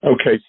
Okay